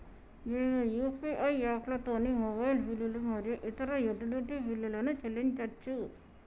మేము యూ.పీ.ఐ యాప్లతోని మొబైల్ బిల్లులు మరియు ఇతర యుటిలిటీ బిల్లులను చెల్లించచ్చు